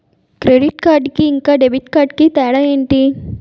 Credit card కి ఇంకా debit card కి తేడా ఏంటి?